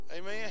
amen